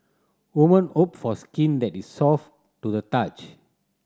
woman hope for skin that is soft to the touch